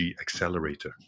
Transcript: accelerator